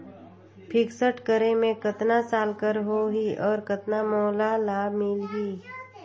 Fixed करे मे कतना साल कर हो ही और कतना मोला लाभ मिल ही?